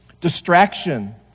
Distraction